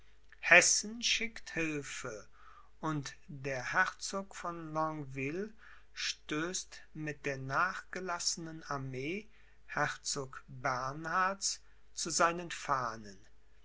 hessen schickt hilfe und der herzog von longueville stößt mit der nachgelassenen armee herzog bernhards zu seinen fahnen